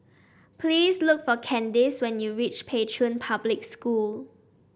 please look for Candyce when you reach Pei Chun Public School